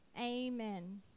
amen